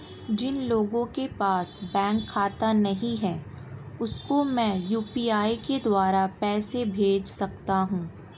जिन लोगों के पास बैंक खाता नहीं है उसको मैं यू.पी.आई के द्वारा पैसे भेज सकता हूं?